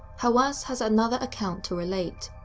hawass has another account to relate.